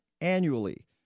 annually